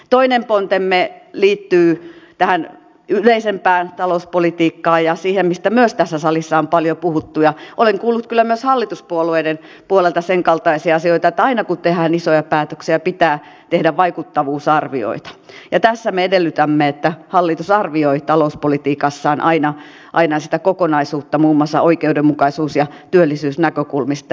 toinen pontemme liittyy tähän yleisempään talouspolitiikkaan ja siihen mistä myös tässä salissa on paljon puhuttu ja olen kuullut kyllä myös hallituspuolueiden puolelta sen kaltaisia asioita että aina kun tehdään isoja päätöksiä pitää tehdä vaikuttavuusarvioita ja tässä me edellytämme että hallitus arvioi talouspolitiikassaan aina sitä kokonaisuutta muun muassa oikeudenmukaisuus ja työllisyysnäkökulmista